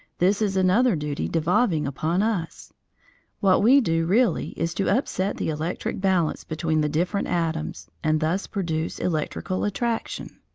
this is another duty devolving upon us what we do, really, is to upset the electric balance between the different atoms, and thus produce electrical attraction.